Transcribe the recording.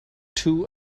too